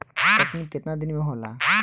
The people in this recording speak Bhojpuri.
कटनी केतना दिन में होला?